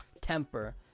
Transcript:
temper